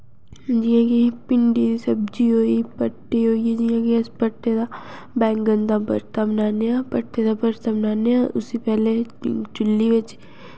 जि'यां कि भिंडी दी सब्जी होई भट्ठे होइये जि'यां कि अस भट्टे दा बैंगन दा भरता बनान्ने आं भट्ठे दा भरथा बनान्ने आं उसी पैह्लें चुल्ली बिच